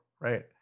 right